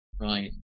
Right